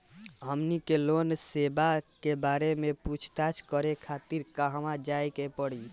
हमनी के लोन सेबा के बारे में पूछताछ करे खातिर कहवा जाए के पड़ी?